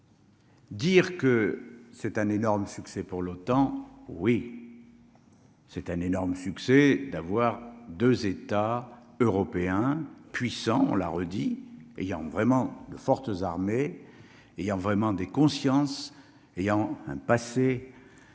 Dire que c'est un énorme succès pour l'OTAN, oui, c'est un énorme succès d'avoir 2 états européens puissants, on l'a redit ayant vraiment de fortes armés, et il y a vraiment des consciences ayant un passé